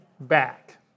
back